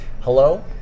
hello